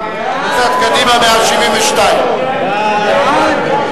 סיעת מרצ לסעיף 39,